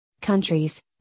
countries